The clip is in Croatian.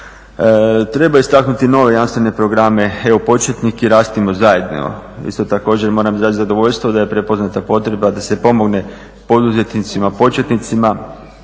Treba istaknuti nove jamstvene programe EU početnik i Rastimo zajedno. Isto također moram izrazit zadovoljstvo da je prepoznata potreba da se pomogne poduzetnicima početnicima,